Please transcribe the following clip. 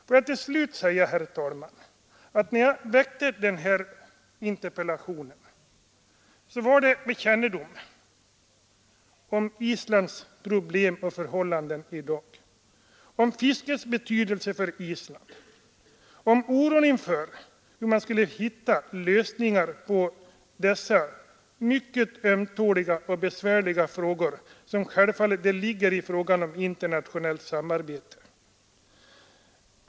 När jag framställde interpellationen var det med kännedom om Islands problem och förhållanden i dag, om fiskets betydelse för Island, om oron inför hur man skall kunna hitta lösningar på de mycket ömtåliga och besvärliga problem som självfallet ligger i frågan om internationellt samarbete.